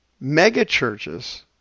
Mega-churches